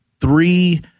three